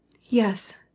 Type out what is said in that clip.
Yes